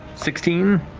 sixteen?